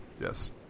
Yes